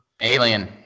alien